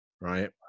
right